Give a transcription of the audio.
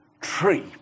tree